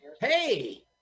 Hey